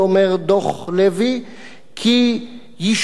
"כי יישובים אלה הוקמו בידיעתו,